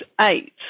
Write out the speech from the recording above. eight